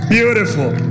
Beautiful